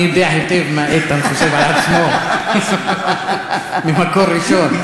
אני יודע היטב מה איתן חושב על עצמו ממקור ראשון.